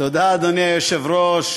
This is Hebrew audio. תודה, אדוני היושב-ראש.